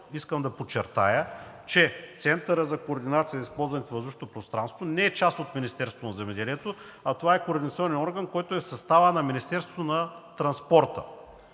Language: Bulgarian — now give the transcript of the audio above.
искам да подчертая, че Центърът за координация използването на въздушното пространство не е част от Министерството на земеделието, а е координационен орган в състава на Министерството на транспорта.